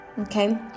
Okay